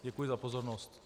Děkuji za pozornost.